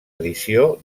edició